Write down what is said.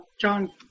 John